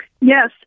Yes